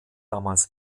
damals